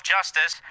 Justice